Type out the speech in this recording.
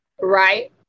right